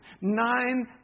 nine